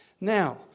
Now